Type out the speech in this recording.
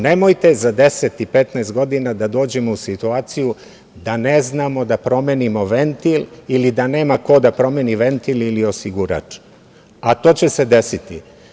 Nemojte za 10 i 15 godina da dođemo u situaciju da ne znamo da promenimo ventil ili da nema ko da promeni ventil ili osigurač, a to će se desiti.